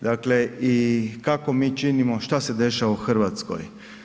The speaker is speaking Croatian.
Dakle i kako mi činimo, šta se dešava u Hrvatskoj?